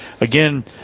Again